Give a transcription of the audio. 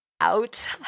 out